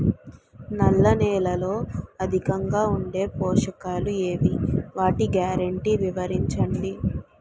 నల్ల నేలలో అధికంగా ఉండే పోషకాలు ఏవి? వాటి గ్యారంటీ వివరించండి?